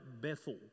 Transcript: Bethel